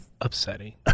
upsetting